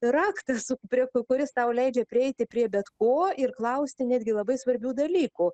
raktas prie kuris tau leidžia prieiti prie bet ko ir klausti netgi labai svarbių dalykų